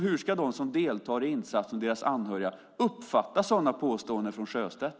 Hur ska de som deltar i insatsen och deras anhöriga uppfatta sådana påståenden från Sjöstedt?